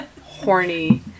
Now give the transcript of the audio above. horny